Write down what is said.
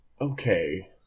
Okay